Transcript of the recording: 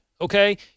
okay